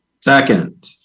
Second